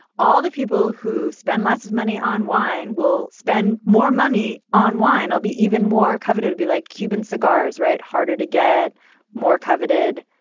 all the people who spend lots of money on wine will spend more money on wine. i'll be even more coveted to be like cuban cigars. right. harder to get more coveted.